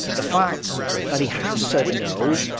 the fact that he has said no,